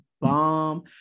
bomb